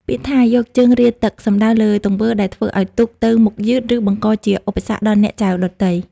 ពាក្យថា «យកជើងរាទឹក» សំដៅលើទង្វើដែលធ្វើឱ្យទូកទៅមុខយឺត ឬបង្កជាឧបសគ្គដល់អ្នកចែវដទៃ។